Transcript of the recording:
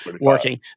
working